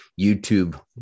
YouTube